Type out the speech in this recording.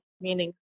meaning